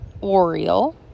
Oriole